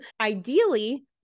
ideally